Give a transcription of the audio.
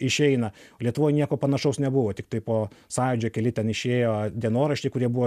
išeina lietuvoj nieko panašaus nebuvo tiktai po sąjūdžio keli ten išėjo dienoraščiai kurie buvo